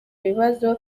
ibibazo